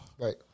Right